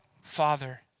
Father